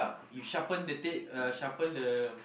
ya you sharpen the tip uh sharpen the